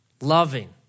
loving